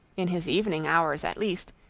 in his evening hours at least,